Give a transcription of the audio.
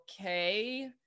okay